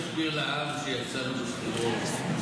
להסביר לעם שהפסדנו בבחירות,